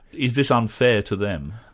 is this unfair to them?